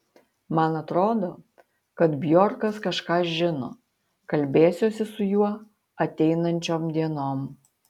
man atrodo kad bjorkas kažką žino kalbėsiuosi su juo ateinančiom dienom